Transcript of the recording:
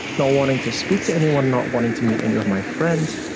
not wanting to speak to anyone, not wanting to meet any of my friends.